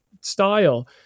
style